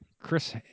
Chris